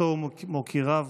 משפחתו ומוקיריו,